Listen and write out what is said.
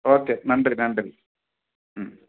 okay நன்றி நன்றி ம்